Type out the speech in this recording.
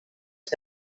que